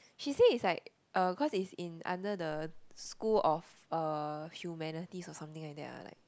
she say it's like uh cause it's in under the School of uh Humanities or something like that ah like